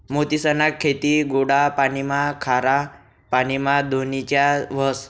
मोतीसनी खेती गोडा पाणीमा, खारा पाणीमा धोनीच्या व्हस